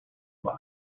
box